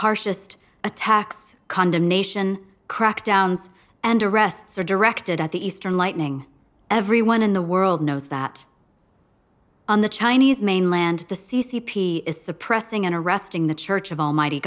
harshest attacks condemnation crackdowns and arrests are directed at the eastern lightning everyone in the world knows that on the chinese mainland the c c p is suppressing and arresting the church of almighty